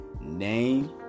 name